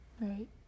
Right